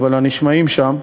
אבל הנשמעים שם,